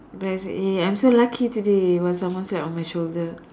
then I say eh I'm so lucky today when someone sat on my shoulder